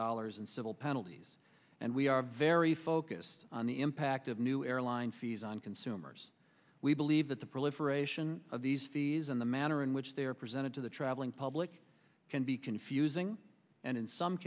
dollars and civil penalties and we are very focused on the impact of new airline fees on consumers we believe that the proliferation of these fees and the manner in which they are presented to the traveling public can be confusing and in some